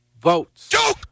votes